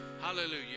Hallelujah